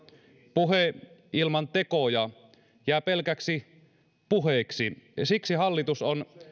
puhe ilman tekoja jää pelkäksi puheeksi siksi hallitus on